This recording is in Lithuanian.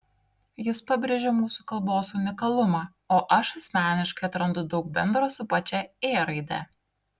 jis pabrėžia mūsų kalbos unikalumą o aš asmeniškai atrandu daug bendro su pačia ė raide